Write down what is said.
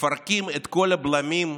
מפרקים את כל הבלמים והאיזונים,